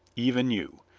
even you.